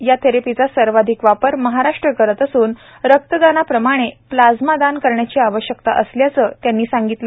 या थेरपीचा सर्वाधिक वापर महाराष्ट्र करत असून रक्तदानाप्रमाणे प्लाङ्मादान करण्याची आवश्यकता असल्याचं त्यांनी सांगितलं